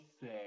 say